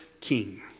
king